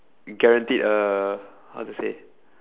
guaranteed uh how to say